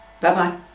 Bye-bye